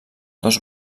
dos